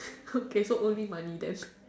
okay so only money then